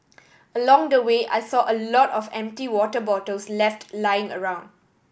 along the way I saw a lot of empty water bottles left lying around